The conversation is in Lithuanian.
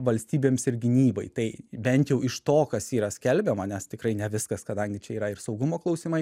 valstybėms ir gynybai tai bent jau iš to kas yra skelbiama nes tikrai ne viskas kadangi čia yra ir saugumo klausimai